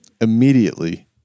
immediately